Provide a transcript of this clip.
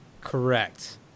Correct